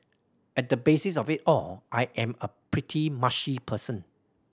at the basis of it all I am a pretty mushy person